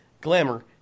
glamour